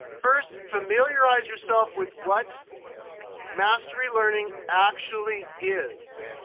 first, familiarize yourself with what mastery learning actually is,